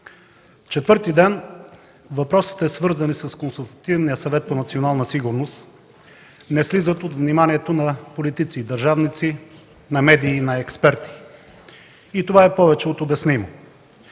Четвърти ден въпросите, свързани с Консултативния съвет за национална сигурност, не слизат от вниманието на политици и държавници, на медии и на експерти. И това е повече от обяснимо.